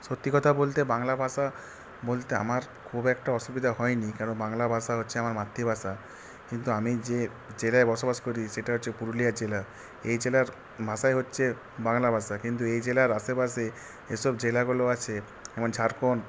সত্যি কথা বলতে বাংলা ভাষা বলতে আমার খুব একটা অসুবিধা হয়নি কারণ বাংলা ভাষা হচ্ছে আমার মাতৃভাষা কিন্তু আমি যে জেলায় বসবাস করি সেটা হচ্ছে পুরুলিয়া জেলা এই জেলার ভাষাই হচ্ছে বাংলা ভাষা কিন্তু এই জেলার আসেপাসে যেসব জেলাগুলো আছে যেমন ঝাড়খণ্ড